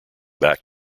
back